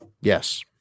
Yes